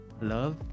love